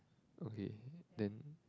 okay then